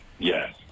yes